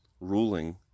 ruling